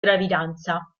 gravidanza